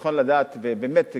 שנוכל לדעת, באמת.